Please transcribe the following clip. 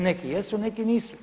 Neki jesu, neki nisu.